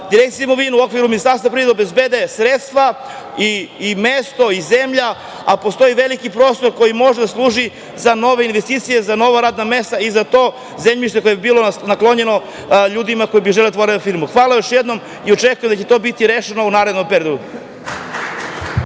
Direkcije za imovinu, u okviru Ministarstva za poljoprivredu obezbede sredstva, mesto i zemlja, a postoji veliki prostor koji može da služi za nove investicije, za nova radna mesta i za to zemljište koje bi bilo naklonjeno ljudima koji bi želeli da otvore firmu? Hvala još jednom. Očekujem da će to biti rešeno u narednom periodu.